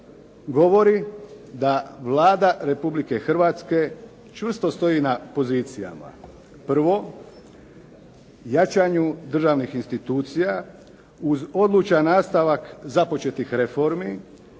govori da Vlada Republike Hrvatske čvrsto stoji na pozicijama. Prvo, jačanju državnih institucija uz odlučan nastavak započetih reformi